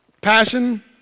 passion